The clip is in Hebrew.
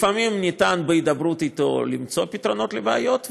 לפעמים אפשר בהידברות אתו למצוא פתרונות לבעיות,